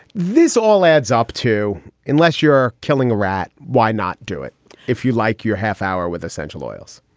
this all adds up to unless you're killing a rat why not do it if you like your half hour with essential oils?